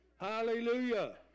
Hallelujah